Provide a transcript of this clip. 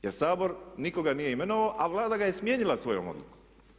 Jer Sabor nikoga nije imenovao, a Vlada ga je smijenila svojom odlukom.